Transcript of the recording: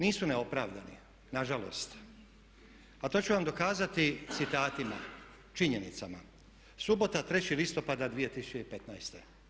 Nisu neopravdani, nažalost a to ću vam dokazati citatima, činjenicama, subota 3. listopada 2015.